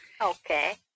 Okay